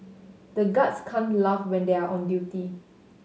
the guards can't laugh when they are on duty